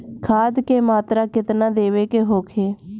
खाध के मात्रा केतना देवे के होखे?